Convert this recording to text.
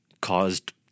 caused